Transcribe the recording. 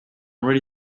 really